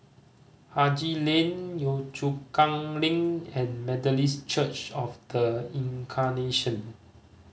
Haji Lane Yio Chu Kang Link and Methodist Church Of The Incarnation